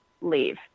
leave